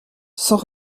sans